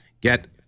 get